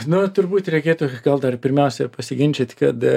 nu turbūt reikėtų gal dar pirmiausia pasiginčyt kad